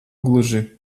gluži